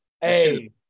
hey